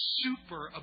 super